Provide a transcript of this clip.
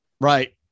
Right